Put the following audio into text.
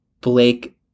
Blake